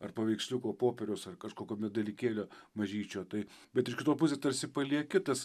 ar paveiksliuko popieriaus ar kažkokio dalykėlio mažyčio tai bet iš kitos pusės tarsi palieki tas